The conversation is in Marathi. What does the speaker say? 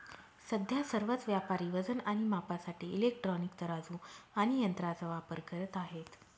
सध्या सर्वच व्यापारी वजन आणि मापासाठी इलेक्ट्रॉनिक तराजू आणि यंत्रांचा वापर करत आहेत